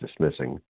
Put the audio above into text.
dismissing